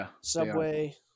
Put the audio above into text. Subway